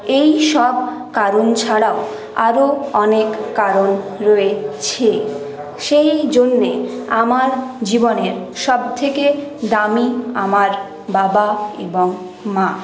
এই সব কারণ ছাড়া আরো অনেক কারণ রয়েছে সেই জন্য আমার জীবনে সবথেকে দামি আমার বাবা এবং মা